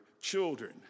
children